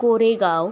Koregaon